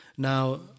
Now